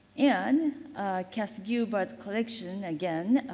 and cass gilbert collection again.